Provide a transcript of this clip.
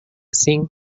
cinc